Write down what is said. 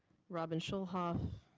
robyn schulhof?